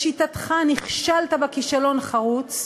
לשיטתך, נכשלת בה כישלון חרוץ.